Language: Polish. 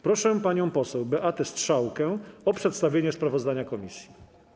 Proszę panią poseł Beatę Strzałkę o przedstawienie sprawozdania komisji.